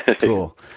Cool